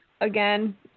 again